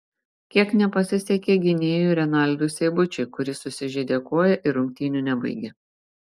kiek nepasisekė gynėjui renaldui seibučiui kuris susižeidė koją ir rungtynių nebaigė